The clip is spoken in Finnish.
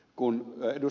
kun ed